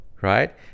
right